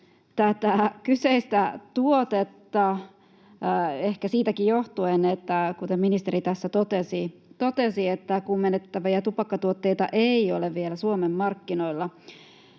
tätä kyseistä tuotetta ehkä siitäkin johtuen — kuten ministeri tässä totesi — että kuumennettavia tupakkatuotteita ei ole vielä Suomen markkinoilla.